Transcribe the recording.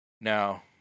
now